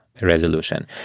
resolution